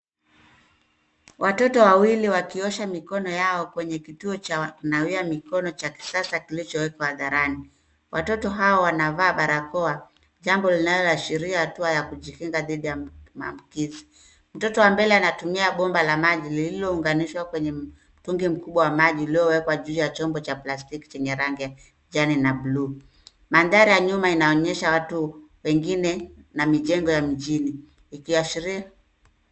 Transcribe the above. Watoto wawili wakiosha mikono yao kwenye kituo cha kunawia mikono cha kisasa kilichowekwa hadharani. Watoto hawa wanavaa barakoa jambo linaloashiria hatua ya kujikinga dhidi ya maambukizi. Mtoto wa mbele anatumia bomba la maji lililounganishwa kwenye mtungi mkubwa wa maji uliowekwa juu ya chombo cha plastiki chenye ranji ya kijani na blue . Mandhari ya nyuma inaonyesha watu wengine na mijengo ya mjini.